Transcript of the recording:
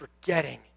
forgetting